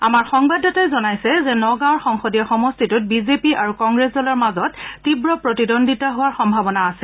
আমাৰ সংবাদদাতাই জনাইছে যে নগাঁৱৰ সংসদীয় সমষ্টিটোত বিজেপি আৰু কংগ্ৰেছ দলৰ মাজত তীৱ প্ৰতিদ্বন্দ্বিতা হোৱাৰ সম্ভাৱনা আছে